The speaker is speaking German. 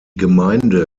gemeinde